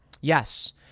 Yes